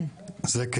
כן.